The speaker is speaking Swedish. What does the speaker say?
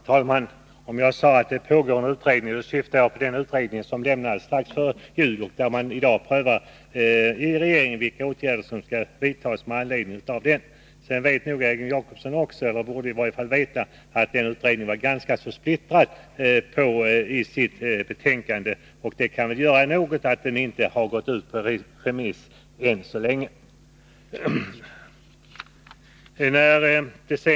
Herr talman! Om jag sade att det pågår en utredning, så syftade jag på den utredning som avlämnade sitt betänkande strax före jul. I dag prövar man inom regeringen vilka åtgärder som skall vidtas med anledning av den utredningen. Egon Jacobsson vet säkerligen — eller borde veta — att den utredningen var ganska splittrad. Det kan väl ha bidragit till att betänkandet inte gått ut på remiss än så länge.